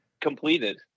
Completed